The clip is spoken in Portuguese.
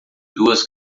duas